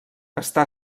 està